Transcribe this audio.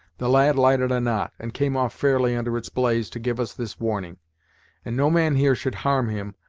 the lad lighted a knot, and came off fairly under its blaze to give us this warning and no man here should harm him,